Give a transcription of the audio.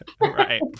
Right